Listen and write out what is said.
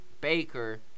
Baker